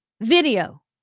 Video